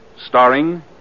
starring